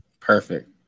Perfect